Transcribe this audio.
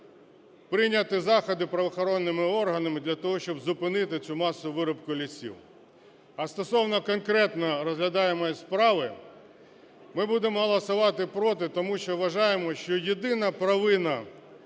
прийняти заходи правоохоронними органами для того, щоб зупинити цю масову вирубку лісів. А стосовно конкретно розглядаємої справи, ми будемо голосувати проти, тому що вважаємо, що єдина провина